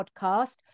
podcast